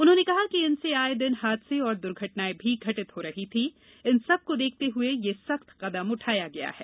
उन्होंने कहा कि इनसे आये दिन हादसे व दुर्घटनाएँ भी घटित हो रही थी इन सब को देखते हए यह सख्त कदम उठाया गया है